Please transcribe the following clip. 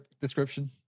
description